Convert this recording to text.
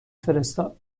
فرستاد